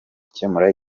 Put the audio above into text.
gukemura